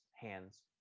hands